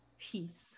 peace